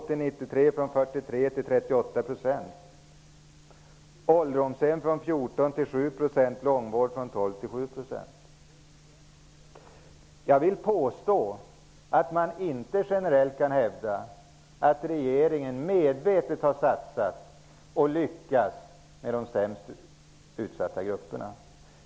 Jag har framför mig, Sten Svensson, fakta från Jag vill påstå att man inte generellt kan hävda att regeringen medvetet har satsat på och lyckats med de mest utsatta grupperna.